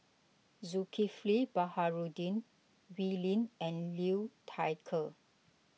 Zulkifli Baharudin Wee Lin and Liu Thai Ker